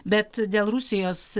bet dėl rusijos